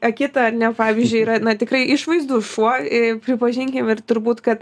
akita ar ne pavyzdžiui yra na tikrai išvaizdus šuo i pripažinkim ir turbūt kad